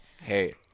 Hey